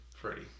Freddie